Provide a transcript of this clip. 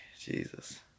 Jesus